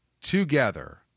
together